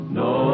no